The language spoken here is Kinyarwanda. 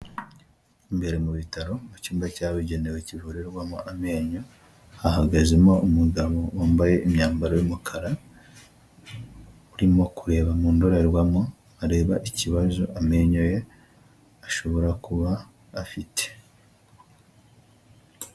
Imbere mu bitaro mu cyumba cyabugenewe kivurirwamo amenyo, hahagazemo umugabo wambaye imyambaro y'umukara, urimo kureba mu ndorerwamo areba ikibazo amenyo ye ashobora kuba afite.